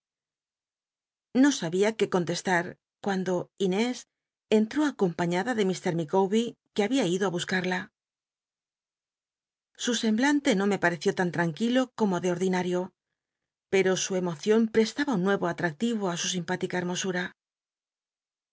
no sabia que con cuando inés entró acompañada de lfr micawber que babia ido á buscada su semblante no me pareció tan tranquilo como de ordinario pero su emocion prestaba u n nuero atractivo á su simpática